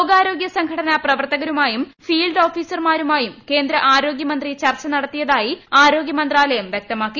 ലോകാരോഗ്യ സംഘടന പ്രവർത്തകരുമായും ഫീൽഡ് ഓഫീസർമാരുമായും കേന്ദ്ര ആരോഗ്യമന്ത്രി ചർച്ച നടത്തിയതായി ആരോഗ്യമന്ത്രാലയം വ്യക്തമാക്കി